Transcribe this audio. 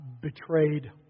betrayed